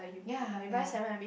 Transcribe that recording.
ya ya